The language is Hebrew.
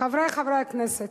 חברי חברי הכנסת,